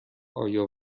آیا